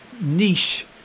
niche